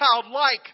childlike